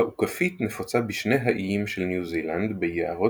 האוכפית נפוצה בשני האיים של ניו זילנד ביערות